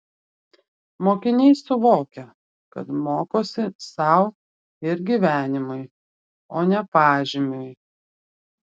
mokiniai suvokia kad mokosi sau ir gyvenimui o ne pažymiui